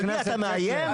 אתה מאיים?